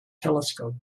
telescope